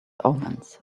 omens